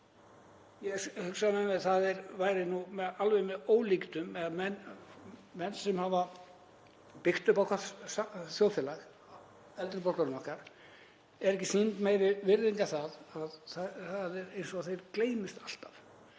Ég hugsaði með mér að það væri alveg með ólíkindum ef mönnum sem hafa byggt upp okkar þjóðfélag, eldri borgurunum okkar, er ekki sýnd meiri virðing en það að það er eins og þeir gleymist alltaf.